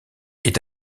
est